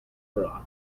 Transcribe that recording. bra